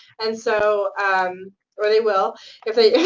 and so or they will if they